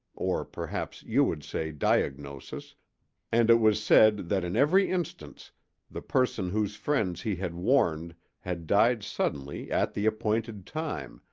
or perhaps you would say diagnosis and it was said that in every instance the person whose friends he had warned had died suddenly at the appointed time,